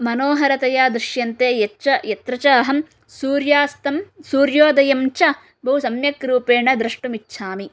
मनोहरतया दृश्यन्ते यच्च यत्र च अहं सूर्यास्तं सूर्योदयं च बहुसम्यग्रूपेण द्रष्टुमिच्छामि